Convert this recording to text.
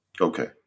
Okay